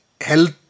Health